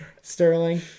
Sterling